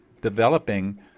developing